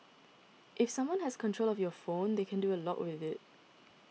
if someone has control of your phone they can do a lot with it